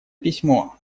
письмо